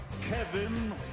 Kevin